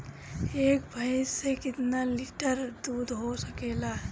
एक भइस से कितना लिटर दूध हो सकेला?